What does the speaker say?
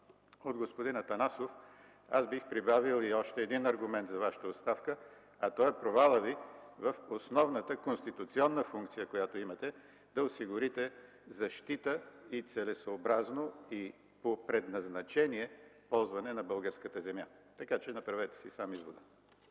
от господин Атанасов, бих прибавил и още един аргумент за Вашата оставка, а то е провалът Ви в основната конституционна функция, която имате – да осигурите защита, целесъобразно и по предназначение ползване на българската земя. Направете си сам извода!